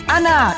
Anna